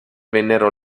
vennero